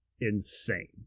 insane